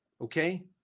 Okay